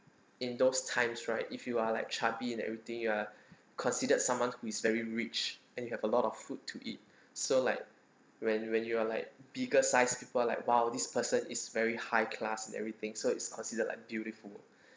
in those times right if you are like chubby and everything you are considered someone who is very rich and you have a lot of food to eat so like when when you are like bigger size people like !wow! this person is very high class and everything so it's considered like beautiful